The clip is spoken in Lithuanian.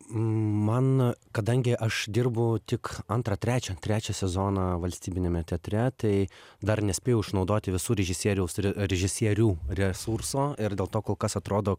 man kadangi aš dirbu tik antrą trečią trečią sezoną valstybiniame teatre tai dar nespėjau išnaudoti visų režisieriaus ir režisierių resurso ir dėl to kol kas atrodo